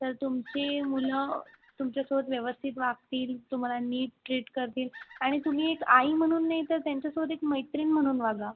तर तुमची मुलं तुमच्यासोबत व्यवस्थित वागतील तुम्हाला नीट ट्रीट करतील आणि तुम्ही एक आई म्हणून नाही तर त्यांच्यासोबत एक मैत्रीण म्हणून वागा